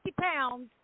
pounds